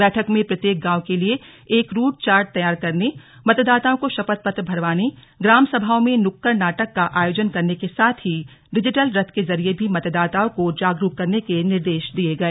बैठक में प्रत्येक गांव के लिए एक रूटचार्ट तैयार करने मतदाताओं को शपथ पत्र भरवाने ग्राम सभाओं में नुक्कड़ नाटक का आयोजन करने के साथ ही डिजिटल रथ के जरिए भी मतदाताओं को जागरूक करने के ॅनिर्देश दिये गए